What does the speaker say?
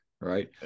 right